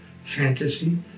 fantasy